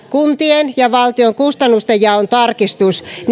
kuntien ja valtion kustannustenjaon tarkistus